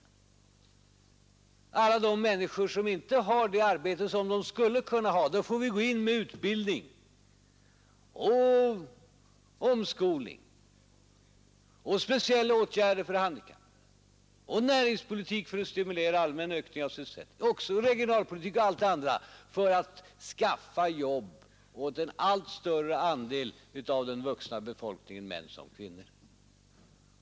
För alla de människor som inte har det arbete som de skulle kunna ha får vi gå in med utbildning, omskolning och speciella åtgärder för handikappade, näringspolitik för att stimulera en allmän ökning av sysselsättningen, regionalpolitik och allt det andra för att skaffa jobb åt en allt större andel av den vuxna befolkningen.